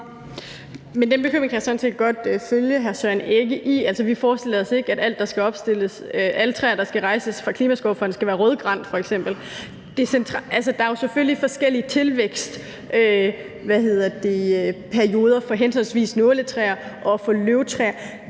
Den bekymring kan jeg sådan set godt følge hr. Søren Egge Rasmussen i. Vi forestiller os ikke, at alle træer, der skal rejses via Klimaskovfonden, skal være f.eks. rødgran. Der er selvfølgelig forskellige tilvækstperioder for henholdsvis nåletræer og løvtræer.